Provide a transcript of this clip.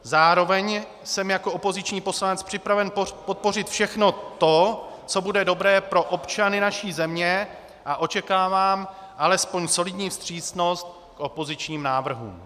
Zároveň jsem jako opoziční poslanec připraven podpořit všechno to, co bude dobré pro občany naší země, a očekávám alespoň solidní vstřícnost k opozičním návrhům.